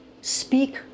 speak